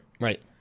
Right